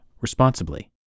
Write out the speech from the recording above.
responsibly